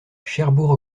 cherbourg